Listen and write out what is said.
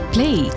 Play